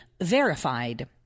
verified